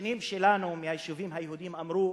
השכנים שלנו מהיישובים היהודיים אמרו: